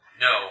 No